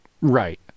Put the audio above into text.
Right